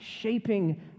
shaping